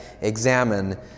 examine